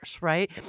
right